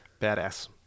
Badass